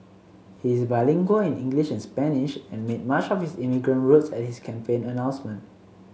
he is bilingual in English and Spanish and made much of his immigrant roots at his campaign announcement